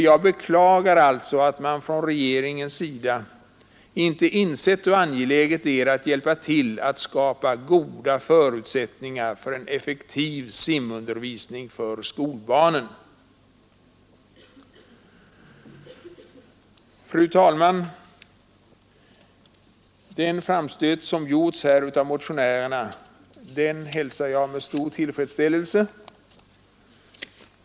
Jag beklagar att regeringen inte visat frågan något intresse och hjälpt till att skapa goda förutsättningar för en effektiv simundervisning för skolbarnen. Fru talman! Den framstöt som gjorts av motionärerna hälsar jag med stor tillfredsställelse.